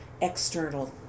external